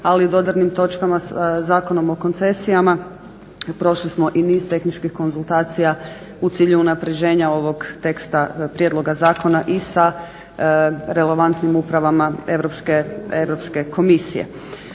ali i dodirnim točkama sa Zakonom o koncesijama. Prošli smo i niz tehničkih konzultacija u cilju unapređenja ovog teksta prijedloga zakona i sa relevantnim upravama Europske komisije.